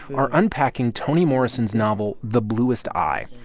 are unpacking toni morrison's novel the bluest eye.